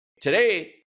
Today